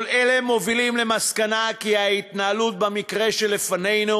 כל אלה מובילים למסקנה שההתנהלות במקרה שלפנינו